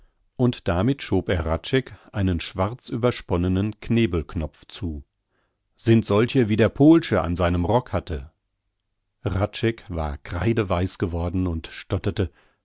und damit schob er hradscheck einen schwarzübersponnenen knebelknopf zu sind solche wie der pohlsche an seinem rock hatte hradscheck war kreideweiß geworden und stotterte